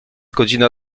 godzina